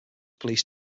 police